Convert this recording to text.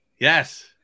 yes